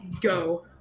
go